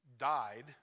died